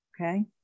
okay